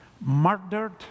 murdered